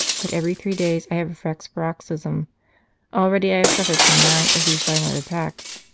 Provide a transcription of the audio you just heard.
but every three days i have a fresh paroxysm already i have suffered from nine of these violent attacks.